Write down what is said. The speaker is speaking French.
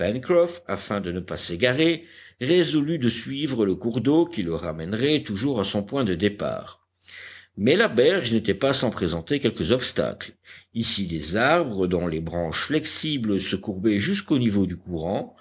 afin de ne pas s'égarer résolut de suivre le cours d'eau qui le ramènerait toujours à son point de départ mais la berge n'était pas sans présenter quelques obstacles ici des arbres dont les branches flexibles se courbaient jusqu'au niveau du courant